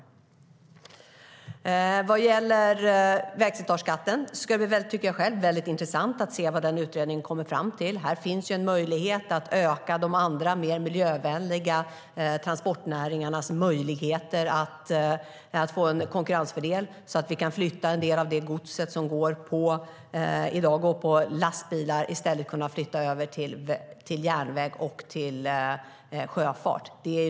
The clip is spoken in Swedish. När det gäller vägslitageskatten tycker jag att det ska bli väldigt intressant att se vad utredningen kommer fram till. Här finns en möjlighet att öka de andra och mer miljövänliga transportnäringarnas möjligheter att få en konkurrensfördel så att vi kan flytta en del av det gods som i dag går på lastbilar över till järnväg och sjöfart.